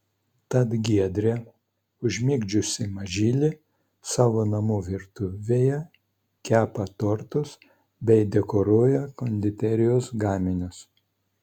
tad giedrė užmigdžiusi mažylį savo namų virtuvėje kepa tortus bei dekoruoja konditerijos gaminius